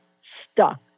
stuck